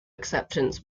acceptance